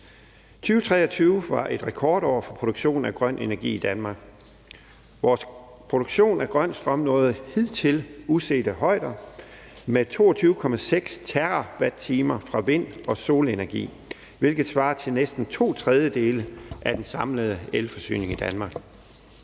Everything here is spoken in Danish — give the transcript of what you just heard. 2023 var et rekordår for produktionen af grøn energi i Danmark. Vores produktion af grøn strøm nåede hidtil usete højder med 22,6 TWh fra vind- og solenergi, hvilket svarer til næsten to tredjedele af den samlede elforsyning i Danmark.